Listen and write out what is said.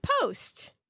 post